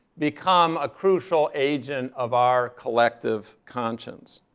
become a crucial agent of our collective conscience.